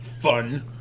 Fun